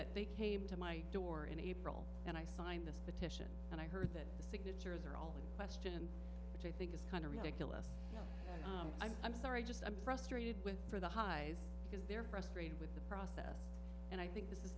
that they came to my door in april and i signed this petition and i heard that the signatures are all the question which i think is kind of ridiculous i'm sorry just i'm frustrated with for the highs because they're frustrated with the process and i think this is